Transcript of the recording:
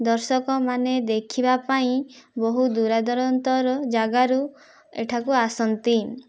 ଦର୍ଶକମାନେ ଦେଖିବାପାଇଁ ବହୁ ଦୂରଦୂରାନ୍ତର ଜାଗାରୁ ଏଠାକୁ ଆସନ୍ତି